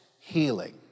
healing